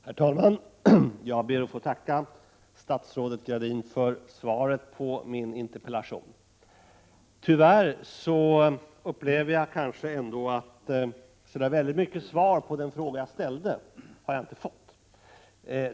Herr talman! Jag ber att få tacka statsrådet Gradin för svaret på min interpellation. Tyvärr tycker jag att så värst mycket till svar på den fråga jag ställt har jag inte fått.